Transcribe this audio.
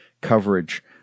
coverage